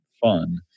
fun